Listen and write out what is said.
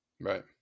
Right